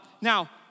Now